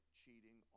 cheating